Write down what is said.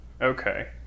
okay